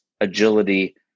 agility